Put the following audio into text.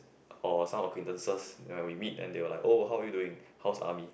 or some acquaintances when we meet and they will like oh how are you doing how's army